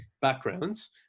backgrounds